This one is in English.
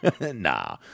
Nah